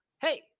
hey